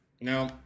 no